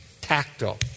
Tactile